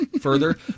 further